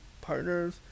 partners